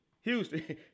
Houston